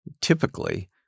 typically